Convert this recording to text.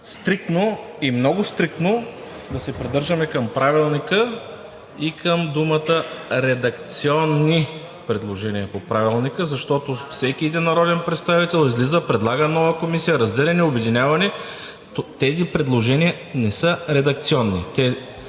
стриктно и много стриктно да се придържаме към Правилника и към думите „редакционни предложения“ по Правилника, защото всеки един народен представител излиза, предлага нова комисия, разделяне, обединяване. Тези предложения не са редакционни.